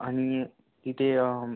आणि तिथे